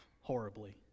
horribly